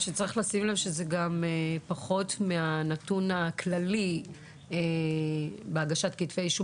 צריך לשים לב שזה גם פחות מהנתון הכללי בהגשת כתבי אישום.